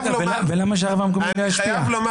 ולמה שהרב המקומי לא ישפיע?